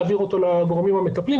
להעביר אותו לגורמים המטפלים,